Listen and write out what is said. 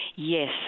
Yes